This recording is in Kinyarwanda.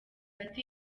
ati